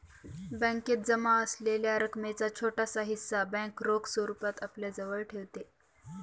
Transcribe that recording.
बॅकेत जमा असलेल्या रकमेचा छोटासा हिस्सा बँक रोख स्वरूपात आपल्याजवळ ठेवते